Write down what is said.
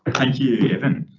thank you, evan.